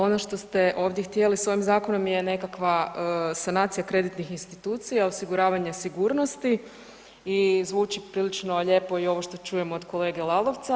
Ono što ste ovdje htjeli s ovim zakonom je nekakva sanacija kreditnih institucija, osiguravanja sigurnosti i zvuči prilično lijepo i ovo što čujem ovo od kolege Laloca.